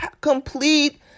complete